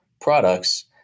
products